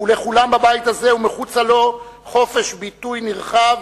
ולכולם, בבית הזה ומחוצה לו, חופש ביטוי נרחב